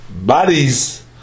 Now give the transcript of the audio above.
bodies